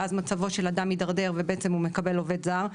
ואז מצבו של אדם מתדרדר והוא מקבל עובד זר.